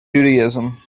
judaism